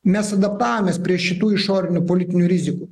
mes adaptavomės prie šitų išorinių politinių rizikų